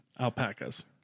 Alpacas